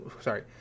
sorry